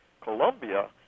Colombia